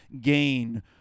gain